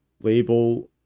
label